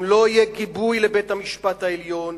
אם לא יהיה גיבוי לבית-המשפט העליון,